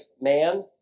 man